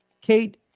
Kate